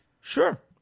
Sure